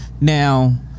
Now